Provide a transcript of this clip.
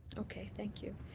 okay, thank you.